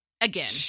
again